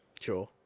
Sure